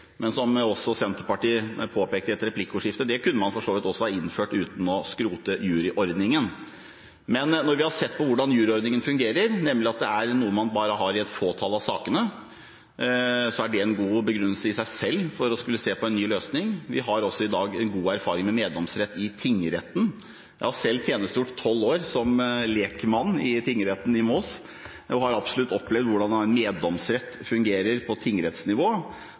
men aller først er det det med begrunnelse som har vært viktig. Som også Senterpartiet påpekte i et replikkordskifte, det kunne man for så vidt også ha innført uten å skrote juryordningen. Men når vi har sett på hvordan juryordningen fungerer, nemlig at det er noe man bare har i et fåtall av sakene, er det en god begrunnelse i seg selv for å skulle se på en ny løsning. Vi har i dag god erfaring med meddomsrett i tingretten. Jeg har selv tjenestegjort tolv år som lekmann i tingretten i Moss og har absolutt opplevd hvordan en meddomsrett fungerer på tingrettsnivå.